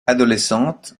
adolescente